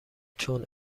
چون